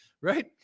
Right